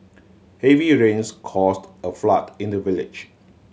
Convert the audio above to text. heavy rains caused a flood in the village